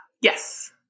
Yes